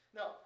Now